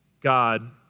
God